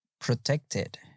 protected